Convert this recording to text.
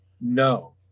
no